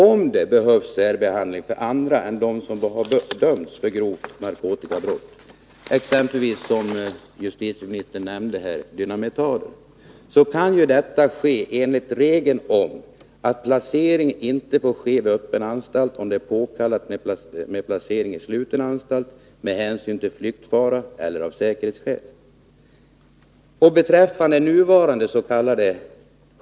Om det behövs särbehandling av andra än dem som dömts för grovt narkotikabrott, exempelvis av dem justitieministern nämnde, nämligen dynamitarder, kan detta ske enligt regeln om att placering inte får ske vid öppen anstalt, om det är påkallat med placering vid sluten anstalt på grund av flyktfara eller av Beträffande nuvarandes.k.